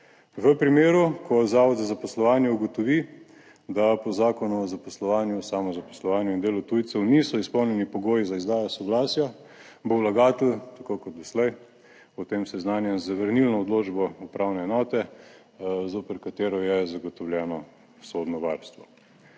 V primeru ko zavod za zaposlovanje ugotovi, da po zakonu o zaposlovanju, samozaposlovanju in delu tujcev niso izpolnjeni pogoji za izdajo soglasja bo vlagatelj, tako kot doslej, o tem seznanjen z zavrnilno odločbo upravne enote, zoper katero je zagotovljeno sodno varstvo.